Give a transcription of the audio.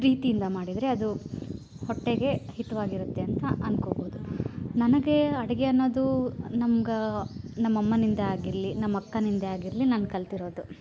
ಪ್ರೀತಿಯಿಂದ ಮಾಡಿದರೆ ಅದು ಹೊಟ್ಟೆಗೆ ಹಿತವಾಗಿರುತ್ತೆ ಅಂತ ಅನ್ಕೋಬೋದು ನನಗೆ ಅಡಿಗೆ ಅನ್ನೋದು ನಮ್ಗ ನಮ್ಮ ಅಮ್ಮನಿಂದ ಆಗಿರಲಿ ನಮ್ಮ ಅಕ್ಕನಿಂದೇ ಆಗಿರಲಿ ನಾನು ಕಲ್ತಿರೋದು